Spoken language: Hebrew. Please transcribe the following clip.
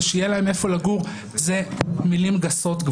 שיהיה להם איפה לגור אלה מילים גסות,